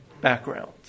background